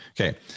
okay